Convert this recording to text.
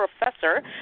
professor